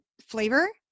flavor